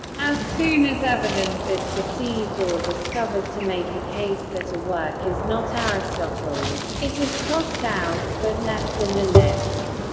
as soon as evidence is perceived or discovered to make a case that a work is not aristotle's, it is crossed out, but left in the list.